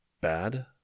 bad